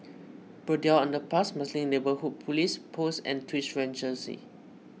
Braddell Underpass Marsiling Neighbourhood Police Post and Twin Regency